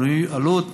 עלות.